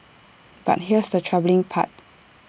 but here's the troubling part